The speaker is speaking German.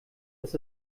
dass